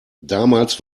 damals